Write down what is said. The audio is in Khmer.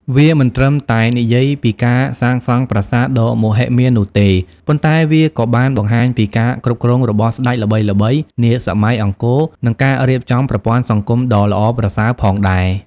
វាមិនត្រឹមតែនិយាយពីការសាងសង់ប្រាសាទដ៏មហិមានោះទេ ប៉ុន្តែវាក៏បានបង្ហាញពីការគ្រប់គ្រងរបស់ស្ដេចល្បីៗនាសម័យអង្គរ និងការរៀបចំប្រព័ន្ធសង្គមដ៏ល្អប្រសើរផងដែរ។